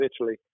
Italy